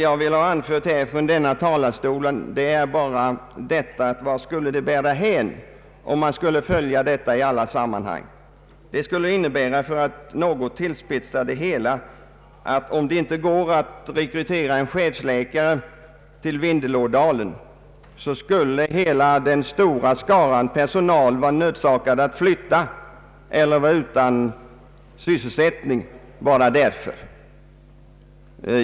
Jag vill bara från denna talarstol fråga: Vart skulle det bära hän om vi skulle följa ett sådant resonemang i alla sammanhang? Det skulle innebära —— för att något tillspetsa det hela — att om det inte går att rekrytera en chefsläkare till Vindelådalen skulle hela den stora skaran anställda vara nödsakad att flytta eller att vara utan sysselsättning bara av denna anledning.